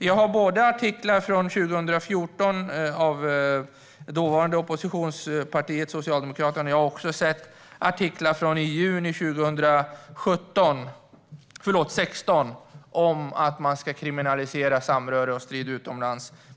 Jag har artiklar från 2014 av det dåvarande oppositionspartiet Socialdemokraterna, och jag har sett artiklar från juni 2016 om att man ska kriminalisera samröre och strid utomlands.